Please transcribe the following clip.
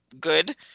good